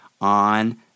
on